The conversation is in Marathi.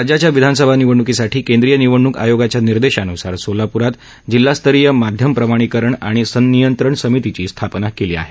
राज्याच्या विधानसभा निवडणुकीसाठी केंद्रीय निवडणुक आयोगाच्या निर्देशानुसार सोलापूरात जिल्हास्तरीय माध्यम प्रमाणीकरण आणि संनियंत्रण समितीची स्थापना केली आहे